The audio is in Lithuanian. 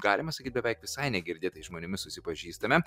galima sakyt beveik visai negirdėtais žmonėmis susipažįstame